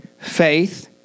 faith